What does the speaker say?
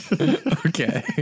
Okay